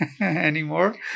Anymore